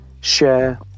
share